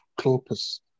Clopas